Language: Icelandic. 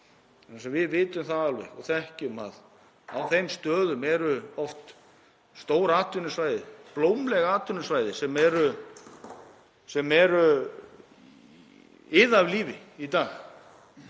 Við vitum það alveg og þekkjum að á þeim stöðum eru oft stór atvinnusvæði, blómleg atvinnusvæði sem iða af lífi í dag.